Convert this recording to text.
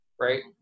right